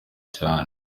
cyane